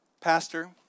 pastor